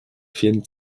vielen